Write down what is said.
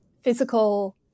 physical